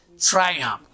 Triumph